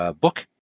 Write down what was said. book